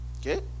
Okay